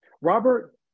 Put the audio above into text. Robert